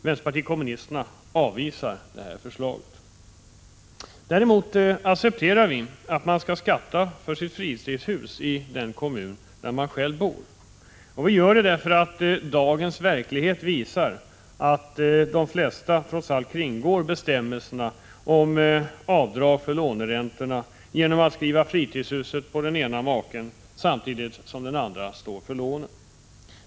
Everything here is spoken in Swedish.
Vpk avvisar detta förslag. Däremot accepterar vi att man skall skatta för sitt fritidshus i den kommun där man bor. Vi gör detta därför att dagens verklighet visar att de flesta kringgår bestämmelserna om avdrag för låneräntor genom att skriva fritidshuset på ena maken, samtidigt som den andre står för lånen.